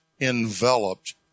enveloped